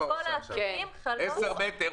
צריך לזכור שהרכבת הקלה בירושלים לא פרוסה על פני כל העיר.